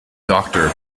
doctor